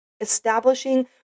establishing